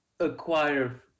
acquire